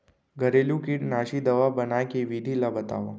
घरेलू कीटनाशी दवा बनाए के विधि ला बतावव?